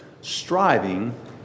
striving